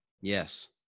Yes